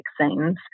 vaccines